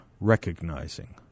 recognizing